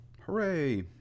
Hooray